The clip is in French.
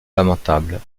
lamentable